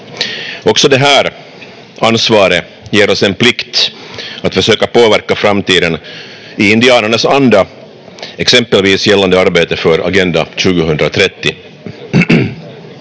Också det här ansvaret ger oss en plikt att försöka påverka framtiden i indianernas anda, exempelvis gällande arbetet för Agenda 2030.